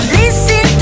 listen